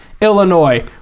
Illinois